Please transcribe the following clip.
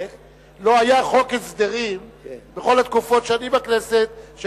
בכל התקופות שאני בכנסת לא היה חוק